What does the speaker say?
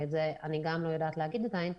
ואת זה אני גם לא יודעת להגיד בינתיים,